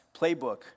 playbook